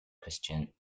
christian